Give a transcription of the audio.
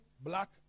black